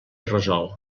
resolt